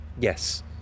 Yes